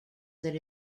that